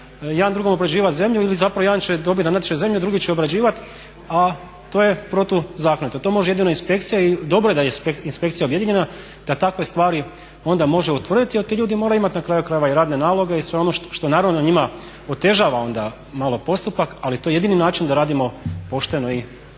jedan drugome obrađivati zemlju ili zapravo jedan će dobiti na natječaju zemlju, drugi će obrađivati a to je protuzakonito. To može jedino inspekcija i dobro je da je inspekcija objedinjena da takve stvari onda može utvrditi jer ti ljudi moraju imati na kraju krajeva i radne naloge i sve ono što naravno njima otežava onda malo postupak ali to je jedini način da radimo pošteno i čisto.